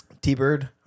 T-Bird